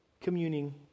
Communing